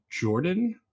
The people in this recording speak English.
Jordan